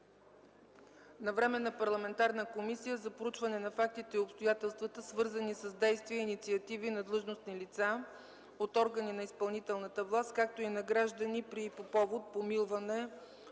на Временна парламентарна комисия за проучване на фактите и обстоятелствата, свързани с действия и инициативи на длъжностни лица от органи на изпълнителната власт, както и на граждани, при и по повод помилване,